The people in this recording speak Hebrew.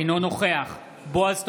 אינו נוכח בועז טופורובסקי,